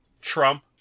Trump